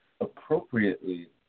appropriately